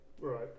Right